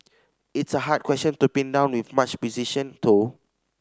it's a hard question to pin down with much precision though